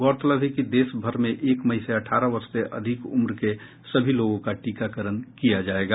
गौरतलब है कि देश भर में एक मई से अठारह वर्ष से अधिक उम्र को सभी लोगों का टीकाकरण किया जायेगा